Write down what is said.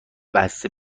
بسته